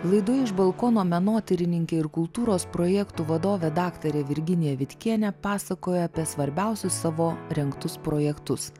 laidoj iš balkono menotyrininkė ir kultūros projektų vadovė daktarė virginija vitkienė pasakoja apie svarbiausius savo rengtus projektus